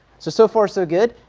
so, so far so good.